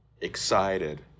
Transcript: excited